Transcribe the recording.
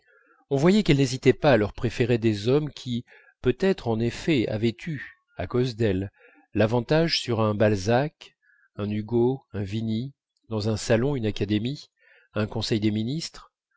on voyait qu'elle n'hésitait pas à leur préférer des hommes qui peut-être en effet avaient eu à cause d'elles l'avantage sur un balzac un hugo un vigny dans un salon une académie un conseil des ministres